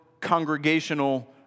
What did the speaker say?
congregational